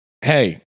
hey